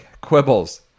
Quibbles